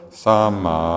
sama